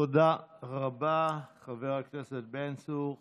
תודה רבה, חבר הכנסת בן צור.